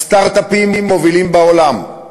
סטרט-אפים מובילים בעולם,